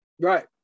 Right